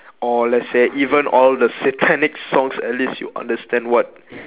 or let's say even all the satanic songs at least you understand what